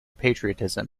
patriotism